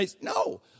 no